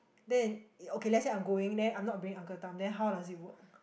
then it okay let's say I'm going then I'm not bringing uncle Tham then how does it work